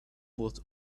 bought